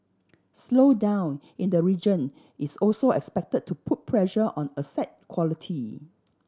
slowdown in the region is also expected to put pressure on asset quality